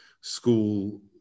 school